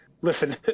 Listen